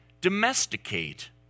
domesticate